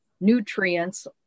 nutrients